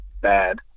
bad